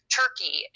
turkey